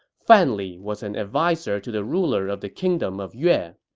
fan li was an adviser to the ruler of the kingdom of yeah